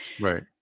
right